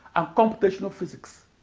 and computational physics